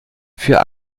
für